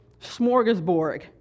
smorgasbord